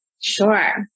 Sure